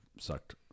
sucked